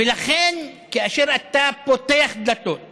ולכן, כאשר אתה פותח דלתות